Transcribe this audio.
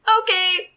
Okay